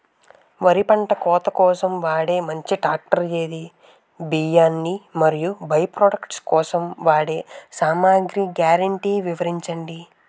వరి పంట కోత కోసం వాడే మంచి ట్రాక్టర్ ఏది? బియ్యాన్ని మరియు బై ప్రొడక్ట్ కోసం వాడే సామాగ్రి గ్యారంటీ వివరించండి?